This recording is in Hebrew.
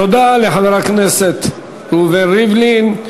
תודה לחבר הכנסת ראובן ריבלין.